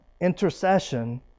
intercession